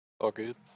Okay